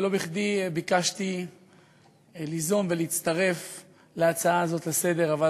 ולא בכדי ביקשתי ליזום ולהצטרף בהצעה הזאת לסדר-היום.